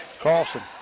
Carlson